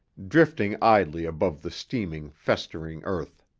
drifting idly above the steaming, festering earth.